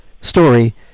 story